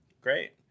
Great